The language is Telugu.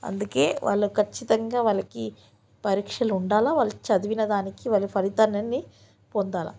అందుకే వాళ్ళు కచ్చితంగా వాళ్ళకి పరీక్షలు ఉండాలి వాళ్ళు చదివిన దానికి వాళ్ళు ఫలితాన్ని పొందాలి